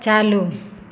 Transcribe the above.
चालू